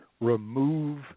Remove